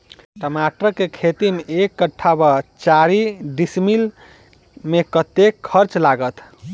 टमाटर केँ खेती मे एक कट्ठा वा चारि डीसमील मे कतेक खर्च लागत?